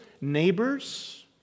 Neighbors